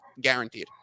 guaranteed